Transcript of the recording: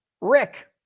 Rick